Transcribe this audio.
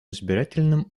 избирательным